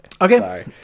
Okay